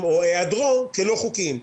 או היעדרו כלא חוקיים.